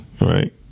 right